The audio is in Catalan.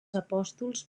apòstols